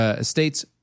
states